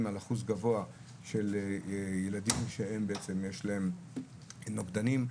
על אחוז גבוה של ילדים שיש להם נוגדנים.